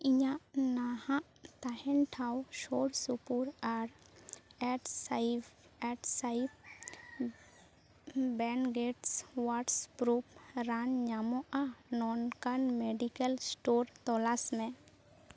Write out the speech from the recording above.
ᱤᱧᱟᱹᱜ ᱱᱟᱦᱟᱜ ᱛᱟᱦᱮᱱ ᱴᱷᱟᱶ ᱥᱩᱨᱼᱥᱩᱯᱩᱨ ᱟᱨ ᱮᱰᱥᱟᱭᱤᱵ ᱮᱰᱥᱟᱭᱤᱵ ᱵᱮᱱᱜᱮᱴᱥ ᱳᱭᱟᱴᱯᱨᱩᱵᱽᱥ ᱨᱟᱱ ᱧᱟᱢᱚᱜᱼᱟ ᱱᱚᱝᱠᱟᱱ ᱢᱮᱰᱤᱠᱮᱞ ᱥᱴᱳᱨ ᱛᱚᱞᱟᱥ ᱢᱮ